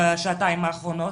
בשעתיים האחרונות,